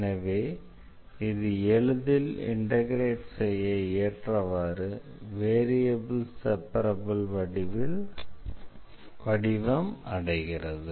எனவே இது எளிதில் இண்டெக்ரேட் செய்ய ஏற்றவாறு வேரியபிள் செப்பரப்பிள் வடிவம் அடைகிறது